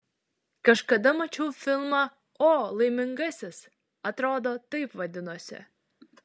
kažkada mačiau filmą o laimingasis atrodo taip vadinosi